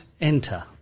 enter